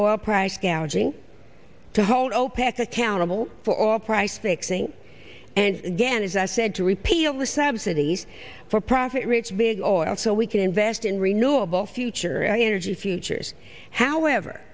oil price gouging to hold opec accountable for all price stick saying and again as i said to repeal the subsidies for profit rich big oil so we can invest in renewable future energy futures however